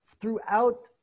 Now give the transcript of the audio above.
Throughout